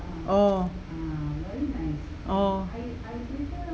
oh oh